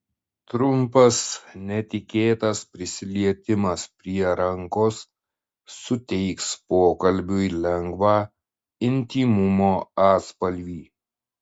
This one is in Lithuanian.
trumpas netikėtas prisilietimas prie rankos suteiks pokalbiui lengvą intymumo atspalvį